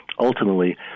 Ultimately